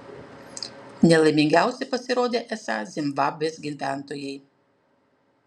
nelaimingiausi pasirodė esą zimbabvės gyventojai